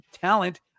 talent